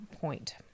point